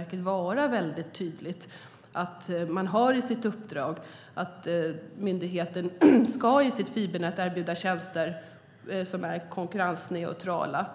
att vara väldigt tydligt att myndigheten har ett uppdrag att i sitt fibernät erbjuda tjänster som är konkurrensneutrala.